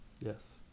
Yes